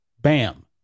Bam